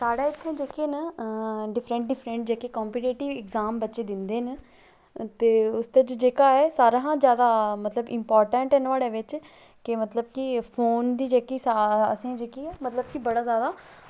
साढ़े इत्थें जेह्के न डिफरेंट डिफरेंट जेह्के कंपीटेटिव एग्जाम बच्चे दिंदे न ते उसदे च जेह्का ऐ सारें कशा जादै इम्पार्टेंट न नुहाड़े बिच कि मतलब कि फोन दी जेह्की असें जेह्की मतलब कि बड़ी जादा